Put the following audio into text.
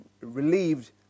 relieved